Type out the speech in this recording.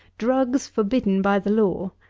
drugs, forbidden by the law.